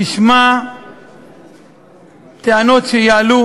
תשמע טענות שיעלו,